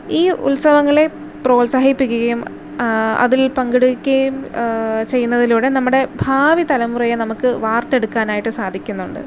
ഈ ഉത്സവങ്ങളെ പ്രോത്സാഹിപ്പിക്കുകയും അതിൽ പങ്കെടുക്കുകയും ചെയ്യുന്നതിലൂടെ നമ്മുടെ ഭാവി തലമുറയെ നമുക്ക് വാർത്തെടുക്കാനായിട്ട് സാധിക്കുന്നുണ്ട്